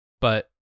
but-